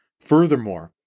Furthermore